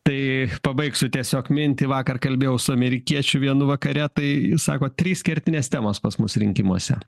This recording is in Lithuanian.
tai pabaigsiu tiesiog mintį vakar kalbėjau su amerikiečių vienu vakare tai sako trys kertinės temos pas mus rinkimuose